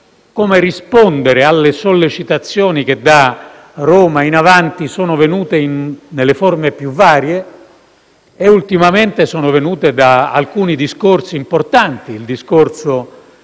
come rispondere alle sollecitazioni che da Roma in avanti sono venute nelle forme più varie e ultimamente sono venute da alcuni discorsi importanti, il discorso